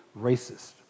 racist